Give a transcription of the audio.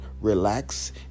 relax